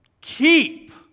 keep